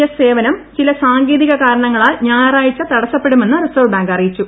S സേവനം ചില സാങ്കേതിക കാരണങ്ങളാൽ ഞായറാഴ്ച തടസപ്പെടുമെന്ന് റിസർവ്വ് ബാങ്ക് അറിയിച്ചു